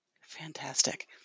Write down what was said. Fantastic